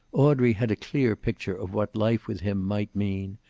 audrey had a clear picture of what life with him might mean,